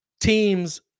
teams